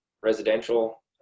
residential